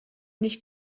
nicht